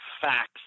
facts